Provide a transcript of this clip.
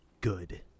Good